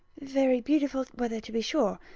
very beautiful weather to be sure,